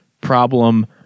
problem